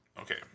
Okay